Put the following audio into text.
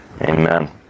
amen